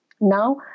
now